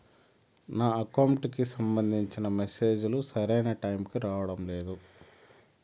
నా అకౌంట్ కి సంబంధించిన మెసేజ్ లు సరైన టైముకి రావడం లేదు